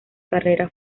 carrera